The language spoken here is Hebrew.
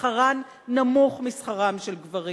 שכרן נמוך משכרם של גברים.